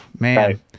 Man